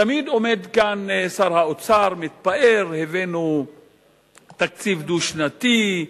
תמיד עומד כאן שר האוצר ומתפאר: הבאנו תקציב דו-שנתי.